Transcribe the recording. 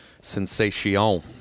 Sensation